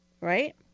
right